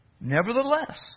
Nevertheless